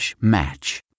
match